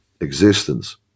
existence